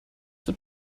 wird